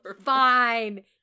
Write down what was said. fine